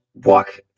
walk